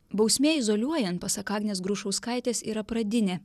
bausmė izoliuojant pasak agnės grušauskaitės yra pradinė